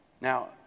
Now